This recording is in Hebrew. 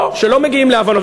או שלא מגיעים להבנות.